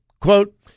Quote